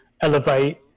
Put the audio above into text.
elevate